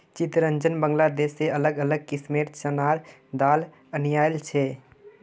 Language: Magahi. चितरंजन बांग्लादेश से अलग अलग किस्मेंर चनार दाल अनियाइल छे